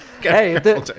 Hey